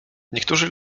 niektórzy